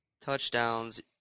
Touchdowns